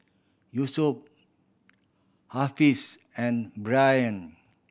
Yusuf and Ryan